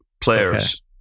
players